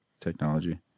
technology